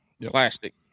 Plastic